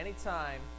Anytime